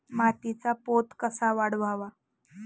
मातीचा पोत कसा वाढवावा?